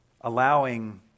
allowing